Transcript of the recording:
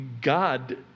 God